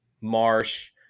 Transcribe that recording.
Marsh